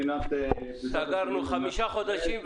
סגרנו: חמישה חודשים,